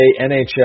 NHL